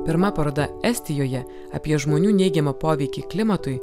pirma paroda estijoje apie žmonių neigiamą poveikį klimatui